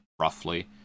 roughly